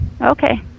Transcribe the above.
Okay